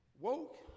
Woke